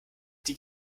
die